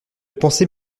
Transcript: pensée